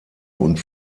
und